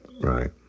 right